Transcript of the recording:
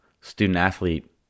student-athlete